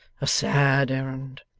a sad errand!